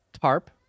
Tarp